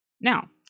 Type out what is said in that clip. Now